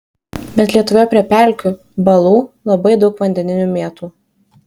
bet lietuvoje prie pelkių balų labai daug vandeninių mėtų